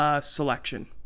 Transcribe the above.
selection